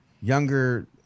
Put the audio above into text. younger